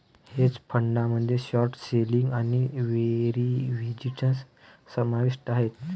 hedge फंडामध्ये short selling आणि derivatives समाविष्ट आहेत